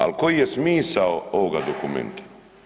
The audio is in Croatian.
Ali koji je smisao ovoga dokumenta?